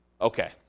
okay